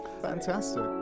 Fantastic